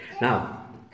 Now